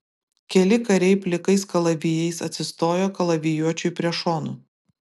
keli kariai plikais kalavijais atsistojo kalavijuočiui prie šonų